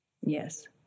Yes